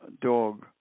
dog